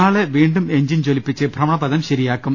നാളെ വീണ്ടും എഞ്ചിൻ ജൂലിപ്പിച്ച് ഭ്രമണപഥം ശരി യാക്കും